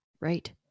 Right